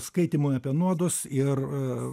skaitymui apie nuodus ir